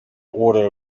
order